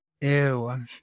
Ew